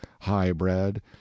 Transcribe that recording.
high-bred